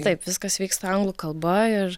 taip viskas vyksta anglų kalba ir